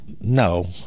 No